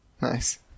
Nice